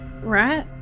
right